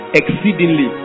exceedingly